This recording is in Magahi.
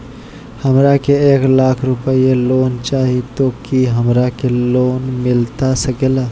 हमरा के एक लाख रुपए लोन चाही तो की हमरा के लोन मिलता सकेला?